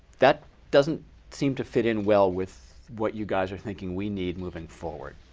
that doesn't seem to fit in well with what you guys are thinking we need moving forward.